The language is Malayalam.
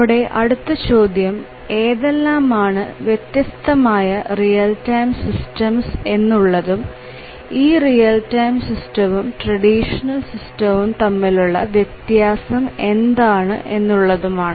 നമ്മുടെ അടുത്ത ചോദ്യം ഏതെല്ലാമാണ് വ്യത്യസ്തമായ റിയൽ ടൈം സിസ്റ്റംസ് എന്നുള്ളതും ഈ റിയൽ ടൈം സിസ്റ്റവും ട്രഡീഷണൽ സിസ്റ്റവും തമ്മിലുള്ള വ്യത്യാസം എന്താണ് എന്നുള്ളതുമാണ്